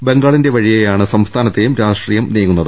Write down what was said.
ബംഗാളിന്റെ വഴിയേയാണ് സംസ്ഥാനത്തെയും രാഷ്ട്രീയം നീങ്ങുന്നത്